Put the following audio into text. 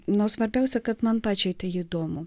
nors svarbiausia kad man pačiai tai įdomu